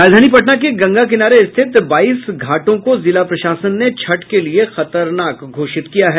राजधानी पटना के गंगा किनारे स्थित बाईस घाटों को जिला प्रशासन ने छठ के लिये खतरनाक घोषित किया है